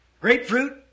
grapefruit